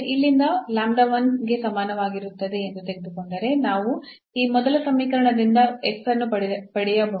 ಇಲ್ಲಿಂದ 1 ಗೆ ಸಮಾನವಾಗಿರುತ್ತದೆ ಎಂದು ತೆಗೆದುಕೊಂಡರೆ ನಾವು ಈ ಮೊದಲ ಸಮೀಕರಣದಿಂದ ಅನ್ನು ಪಡೆಯಬಹುದು